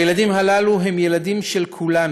הילדים הללו הם ילדים של כולנו.